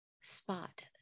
spot